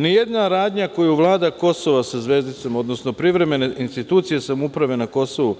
Nijedan radnja koju Vlada Kosova sa zvezdicom odnosno privremene institucije samouprave na Kosovu